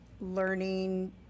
learning